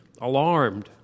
alarmed